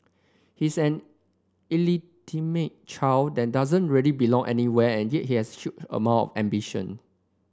he's an illegitimate child than doesn't really belong anywhere and yet he has a huge amount ambition